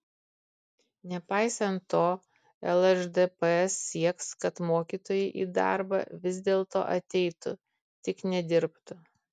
nepaisant to lšdps sieks kad mokytojai į darbą vis dėlto ateitų tik nedirbtų